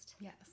Yes